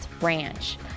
Ranch